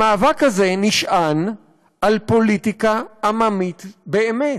המאבק הזה נשען על פוליטיקה עממית באמת,